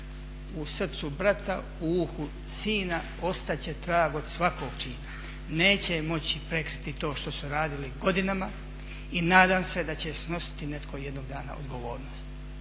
u srcu brata, u uhu sina, ostat će trag od svakog čina." Neće moći prekriti to što su radili godinama i nadam se da će snositi netko jednog dana odgovornost.